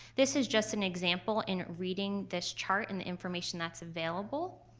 this is just an example in reading this chart and information that's available.